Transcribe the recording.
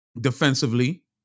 defensively